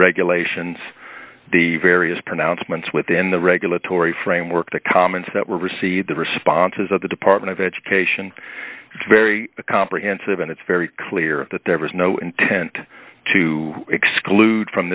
regulations the various pronouncements within the regulatory framework the comments that were received the responses of the department of education very comprehensive and it's very clear that there was no intent to exclude from